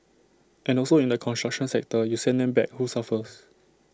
and also in the construction sector you send them back who suffers